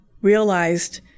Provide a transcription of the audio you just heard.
realized